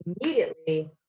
immediately